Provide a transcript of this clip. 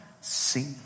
see